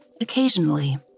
occasionally